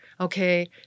Okay